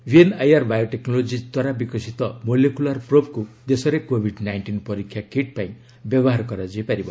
VNIR biotechnologies ଦ୍ୱାରା ବିକଶିତ molecular ପ୍ରୋବ୍କୁ ଦେଶରେ କୋଭିଡ୍ ନାଇଷ୍ଟିନ୍ ପରୀକ୍ଷା କିଟ୍ ପାଇଁ ବ୍ୟବହାର କରାଯାଇ ପାରିବ